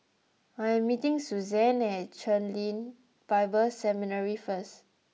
I am meeting Suzann at Chen Lien Bible Seminary first